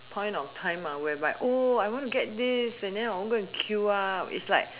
point of time whereby oh I wanna get this and then I want to go and queue up is like